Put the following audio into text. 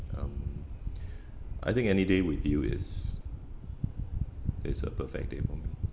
um I think any day with you is is a perfect day for me